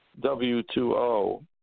W2O